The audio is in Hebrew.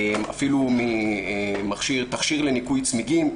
אפילו מתכשיר לניקוי צמיגים,